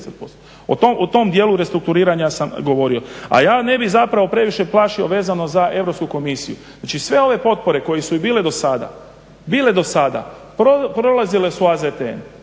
o tome dijelu restrukturiranja sam govorio. A ja ne bih previše plašio vezano za EU komisiju, znači sve ove potpore koje su i bile do sada prolazile su AZTN